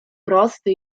prosty